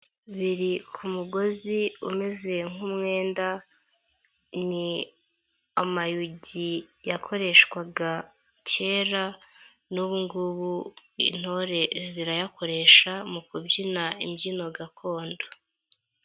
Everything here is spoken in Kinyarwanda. Biri ku mugozi umeze nk'umwenda ni amayugi yakoreshwaga kera n'ubu ngubu intore zirayakoresha mu kubyina imbyino gakondo.